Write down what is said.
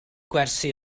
gwersi